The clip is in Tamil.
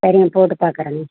சரிங்க போட்டு பார்க்குறேங்க